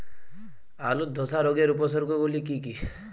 আলুর ধসা রোগের উপসর্গগুলি কি কি?